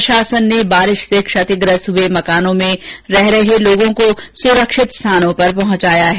प्रशासन ने बारिश से क्षतिग्रस्त हुए मकानों में रह रहे लोगों को सुरक्षित जगहों पर पहुंचाया है